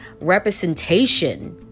representation